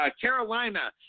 Carolina